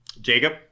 Jacob